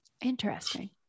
Interesting